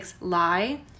lie